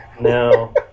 No